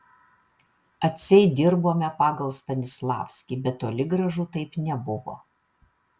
atseit dirbome pagal stanislavskį bet toli gražu taip nebuvo